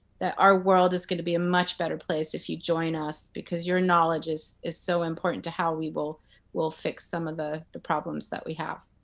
that our world is going to be a much better place if you join us because your knowledge is is so important to how we'll we'll fix some of the the problems that we have.